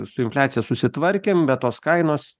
su infliacija susitvarkėm bet tos kainos